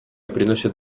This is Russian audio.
приносят